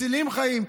מצילים חיים,